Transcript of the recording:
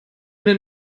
den